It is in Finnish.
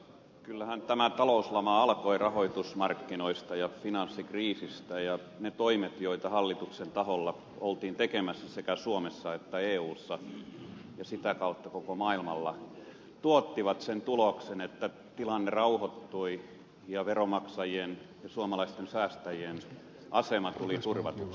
kyllähän tämä talouslama alkoi rahoitusmarkkinoista ja finanssikriisistä ja ne toimet joita hallituksen taholla oltiin tekemässä sekä suomessa että eussa ja sitä kautta koko maailmalla tuottivat sen tuloksen että tilanne rauhoittui ja veronmaksajien ja suomalaisten säästäjien asema tuli turvatuksi